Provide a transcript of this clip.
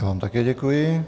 Já vám také děkuji.